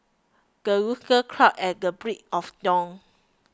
the rooster crows at the break of dawn